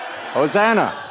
Hosanna